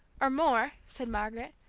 or more, said margaret,